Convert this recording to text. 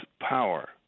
power